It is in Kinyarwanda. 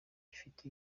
gifite